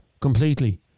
completely